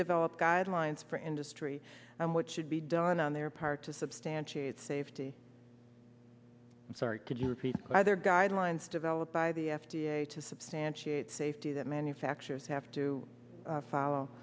developed guidelines for industry and what should be done on their part to substantiate safety sorry could you repeat their guidelines developed by the f d a to substantiate safety that manufacturers have to follow